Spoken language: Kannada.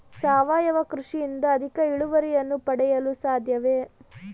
ಸಾವಯವ ಕೃಷಿಯಿಂದ ಅಧಿಕ ಇಳುವರಿಯನ್ನು ಪಡೆಯಲು ಸಾಧ್ಯವೇ?